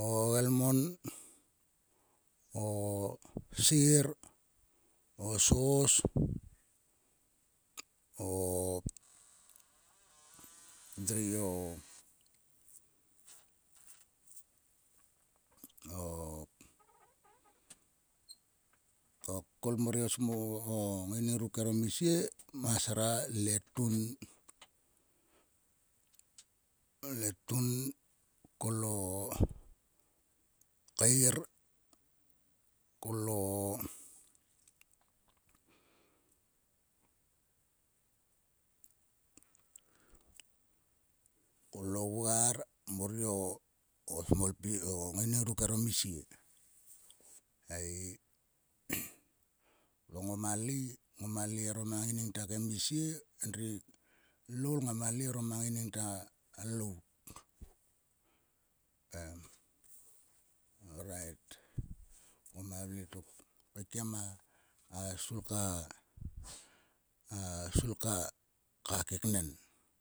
o gelmon o ser. o sos. o ndri o. o. okol mor i o ngaining ri kemisie. Masra. Letun. Letun kol o keir kol o. kol o vgar mor ri o smol pis ngaining ruk kero mi sie ei. Va ngoma lei. ngoma lei orom a ngaining ta kemisie. Endri loul ngama lei orom a ngaining ta alout em orait ngoma vle tok. Keikiem a sulka. A sulka ka keknen.